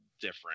different